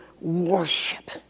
worship